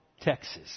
Texas